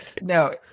No